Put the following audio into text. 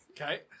Okay